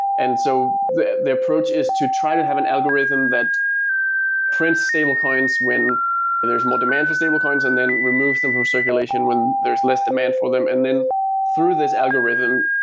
and so the the approach is to try to have an algorithm that prints stablecoins when there's more demand for stablecoins and then remove them from circulation when there's less demand for them. and then through this algorithm,